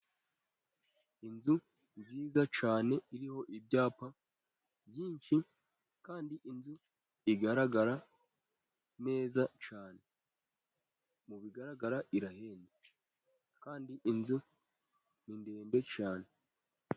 Inzu nziza cyane, iriho ibyapa byinshi kandi inzu igaragara neza cyane, mubigaragara irahenze kandi inzu ni ndende cyane.